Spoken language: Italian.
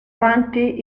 avanti